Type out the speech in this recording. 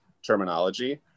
terminology